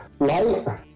Light